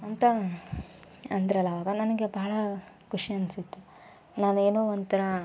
ಅಂತ ಅಂದರಲ್ಲ ಆಗ ನನಗೆ ಭಾಳ ಖುಷಿ ಅನ್ಸಿತ್ತು ನಾನೇನೋ ಒಂಥರ